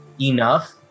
enough